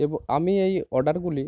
এব আমি এই অডারগুলি